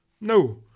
No